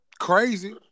crazy